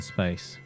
Space